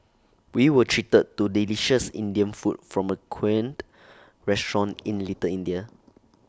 we were treated to delicious Indian food from A quaint restaurant in little India